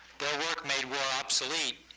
their work made war obsolete,